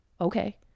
okay